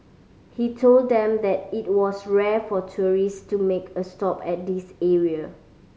he told them that it was rare for tourist to make a stop at this area